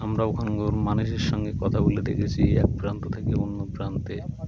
আমরা ওখানে গরু মানুষের সঙ্গে কথা বলে দেখেছি এক প্রান্ত থেকে অন্য প্রান্তে